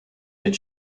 did